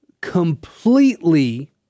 completely